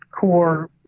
core